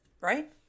Right